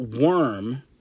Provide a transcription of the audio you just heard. worm